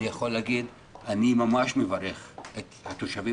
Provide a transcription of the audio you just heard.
אני יכול להגיד שאני ממש מברך את התושבים